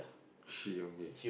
she